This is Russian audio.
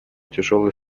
тяжелое